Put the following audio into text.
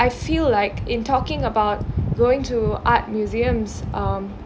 I feel like in talking about going to art museums um